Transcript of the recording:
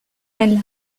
elle